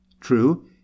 true